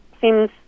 seems